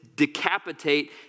Decapitate